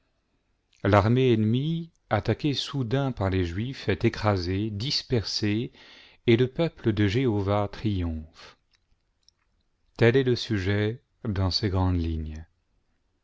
l'armée ennemie attaquée soudain par les juifs est écrasée dispersée et le peuple de jéhovah triomphe tel est le sujet dans ses grandes lignes